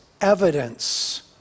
evidence